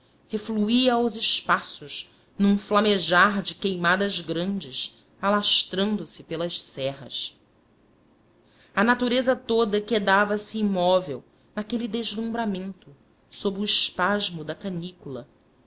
refluía aos espaços num flamejar de queimadas grandes alastrando se pelas serras a natureza toda quedava se imóvel naquele deslumbramento sob o espasmo da canícula